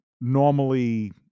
normally